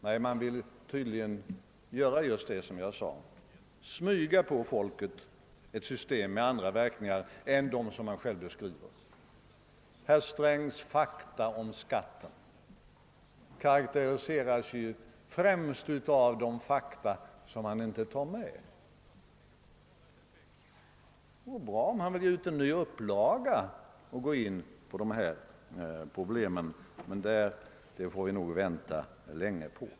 Nej, man vill tydligen göra just det som jag nyss sade: smyga på folket ett system med andra verkningar än dem man själv beskriver. Herr Strängs >»Fakta om skatten» karakteriseras främst av de fakta som han inte tar med. Det vore bra, om han ville ge ut en ny upplaga och gå in på dessa problem. Men det får vi nog vänta länge på.